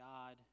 God